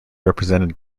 represented